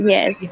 Yes